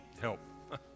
help